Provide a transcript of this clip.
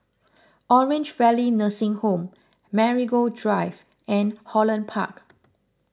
Orange Valley Nursing Home Marigold Drive and Holland Park